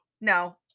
No